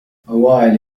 while